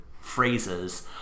phrases